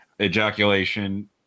ejaculation